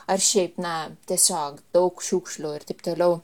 ar šiaip na tiesiog daug šiukšlių ir taip toliau